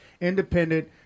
independent